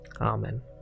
Amen